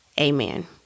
amen